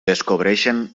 descobreixen